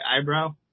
eyebrow